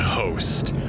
host-